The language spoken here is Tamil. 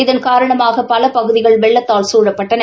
இதன் காரணமாக பல பகுதிகள் வெள்ளத்தால் குழப்பட்டன